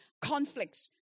conflicts